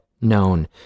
known